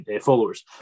followers